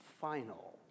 final